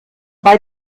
bei